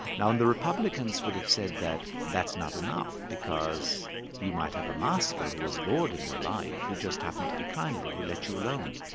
now and the republicans would have said that that's not enough, because you might have a master who was lord in your life, who just happened to be kindly, who let you alone.